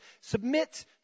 Submit